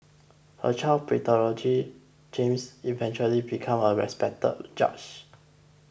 a child prodigy James eventually became a respected judge